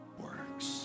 works